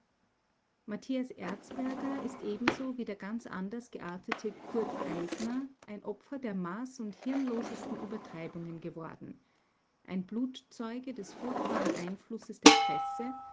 matthias erzberger ist ebenso wie der ganz anders geartete kurt eisner ein opfer der maß und hirnlosesten übertreibungen geworden ein blutzeuge des furchtbaren einflusses der presse